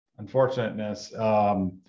unfortunateness